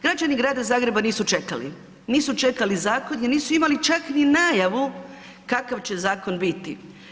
Građani Grada Zagreba nisu čekali, nisu čekali zakon jer nisu imali čak ni najavu kakav će zakon biti.